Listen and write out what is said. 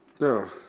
No